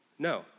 No